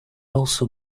also